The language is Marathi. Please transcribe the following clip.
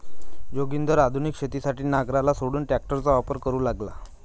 जोगिंदर आधुनिक शेतीसाठी नांगराला सोडून ट्रॅक्टरचा वापर करू लागला